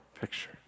picture